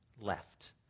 left